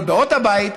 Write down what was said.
כל באות הבית,